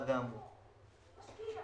את הפערים.